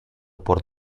por